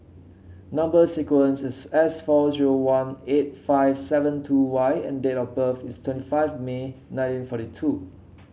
number sequence is S four zero one eight five seven two Y and date of birth is twenty five May nineteen forty two